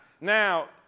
Now